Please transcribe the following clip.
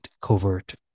covert